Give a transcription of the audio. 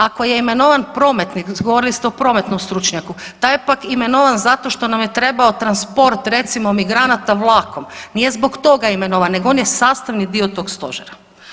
Ako je imenovan prometnik, govorili ste o prometnom stručnjaku, taj je pak imenovan zato što nam je trebao transport recimo migranata vlakom, nije zbog toga imenovan nego je on sastavni dio tog stožera.